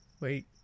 Wait